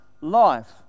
life